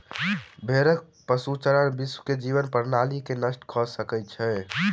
भेड़क पशुचारण विश्व के जीवन प्रणाली के नष्ट कय सकै छै